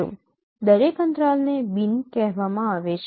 દરેક અંતરાલને બીન કહેવામાં આવે છે